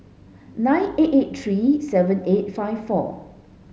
nine eight eight three seven eight five four